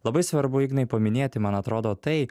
labai svarbu ignai paminėti man atrodo tai